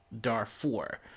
Darfur